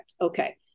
okay